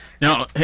Now